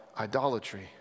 idolatry